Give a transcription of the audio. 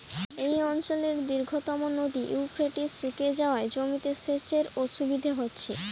এই অঞ্চলের দীর্ঘতম নদী ইউফ্রেটিস শুকিয়ে যাওয়ায় জমিতে সেচের অসুবিধে হচ্ছে